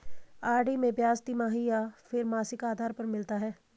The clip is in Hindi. आर.डी में ब्याज तिमाही या फिर मासिक आधार पर मिलता है?